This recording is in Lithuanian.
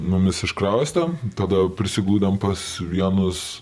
mumis iškraustom tada prisiglaudėm pas vienus